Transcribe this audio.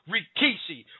Rikishi